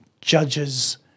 judges